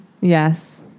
yes